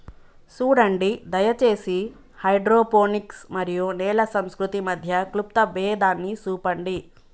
సూడండి దయచేసి హైడ్రోపోనిక్స్ మరియు నేల సంస్కృతి మధ్య క్లుప్త భేదాన్ని సూపండి